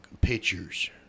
pictures